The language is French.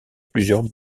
plusieurs